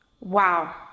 Wow